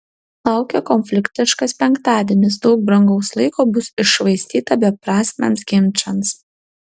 laukia konfliktiškas penktadienis daug brangaus laiko bus iššvaistyta beprasmiams ginčams